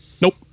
Nope